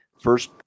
first